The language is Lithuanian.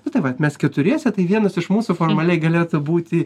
nu tai vat mes keturiese tai vienas iš mūsų formaliai galėtų būti